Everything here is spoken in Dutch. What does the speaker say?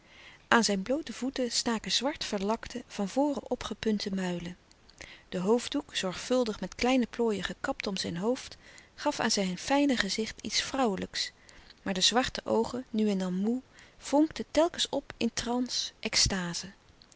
aan zijn bloote voeten staken zwart verlakte van voren opgepunte muilen de hoofddoek zorgvuldig met kleine plooien gekapt om zijn hoofd gaf aan zijn fijne gezicht iets vrouwelijks maar de zwarte oogen nu en dan moê vonkten telkens op in transe extaze